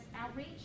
Outreach